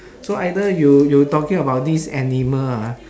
so either you you talking about this animal ah